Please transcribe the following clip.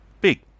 big